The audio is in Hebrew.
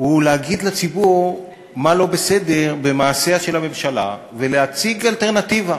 הוא להגיד לציבור מה לא בסדר במעשיה של הממשלה ולהציג אלטרנטיבה